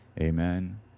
amen